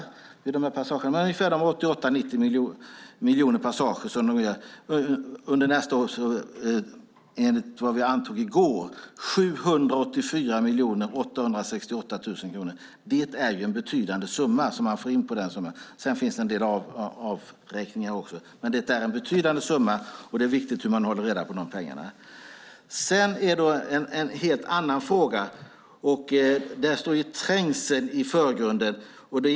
Enligt vad vi antog i går kommer 88-90 miljoner passager under nästa år att generera 784 868 000 kronor. Det är en betydande summa som man får in. Det finns en del avräkningar, men det är en betydande summa. Det är viktigt hur man håller reda på pengarna. I en helt annan fråga står trängseln i förgrunden.